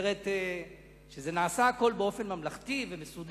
זאת אומרת שהכול נעשה באופן ממלכתי ומסודר,